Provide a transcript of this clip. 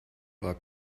war